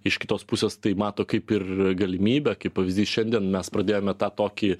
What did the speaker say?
iš kitos pusės tai mato kaip ir galimybę kaip pavyzdys šiandien mes pradėjome tą tokį